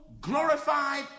glorified